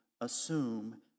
assume